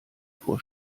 vor